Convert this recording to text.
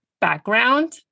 background